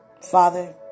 Father